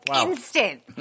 instant